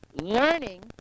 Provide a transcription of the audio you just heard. learning